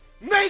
Make